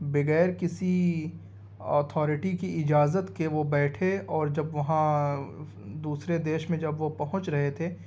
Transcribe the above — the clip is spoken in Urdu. بغیر کسی اتھارٹی کی اجازت کے وہ بیٹھے اور جب وہاں دوسرے دیش میں جب وہ پہنچ رہے تھے